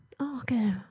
Okay